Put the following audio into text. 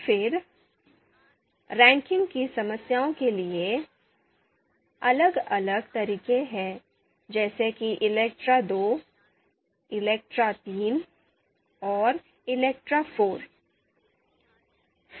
फिर रैंकिंग समस्याओं के लिए इलेक्ट्राIIइलेक्ट्राIII और इलेक्ट्राIV जैसे विभिन्न इलेक्ट्रा तरीके हैं